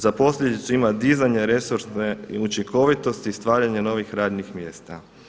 Za posljedicu ima dizanje resorne učinkovitosti i stvaranja novih radnih mjesta.